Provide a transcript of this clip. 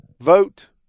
vote